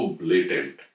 blatant